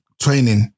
training